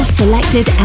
selected